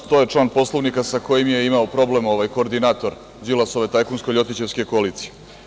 Član 112. je član Poslovnika sa kojim je imao problem ovaj koordinator Đilasove tajkunsko-ljotićevske koalicije.